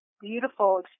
beautiful